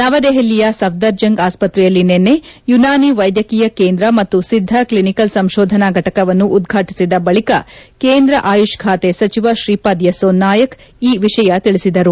ನವದೆಹಲಿಯ ಸಫ್ಲರ್ಜಂಗ್ ಆಸ್ಪತ್ರೆಯಲ್ಲಿ ನಿನ್ನೆ ಯೂನಾನಿ ವೈದ್ಯಕೀಯ ಕೇಂದ್ರ ಮತ್ತು ಸಿದ್ದ ಕ್ಷಿನಿಕಲ್ ಸಂಶೋಧನಾ ಫಟಕವನ್ನು ಉದ್ವಾಟಿಸಿದ ಬಳಿಕ ಕೇಂದ್ರ ಆಯುಷ್ ಖಾತೆ ಸಚಿವ ತ್ರೀಪಾದ್ ಯೆಸ್ತೊ ನಾಯಕ್ ಈ ವಿಷಯ ತಿಳಿಸಿದರು